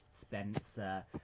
Spencer